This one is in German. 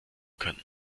können